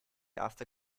after